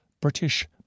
British